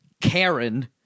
Karen